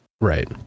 right